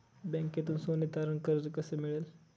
बँकेतून सोने तारण कर्ज कसे मिळेल?